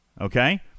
Okay